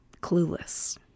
clueless